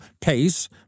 pace